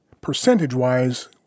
percentage-wise